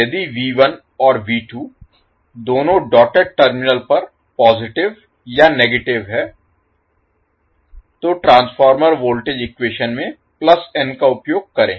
1 यदि V1 और V2 दोनों डॉटेड टर्मिनलों पर पॉजिटिव या नेगेटिव हैं तो ट्रांसफार्मर वोल्टेज इक्वेशन में n का उपयोग करें